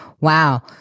Wow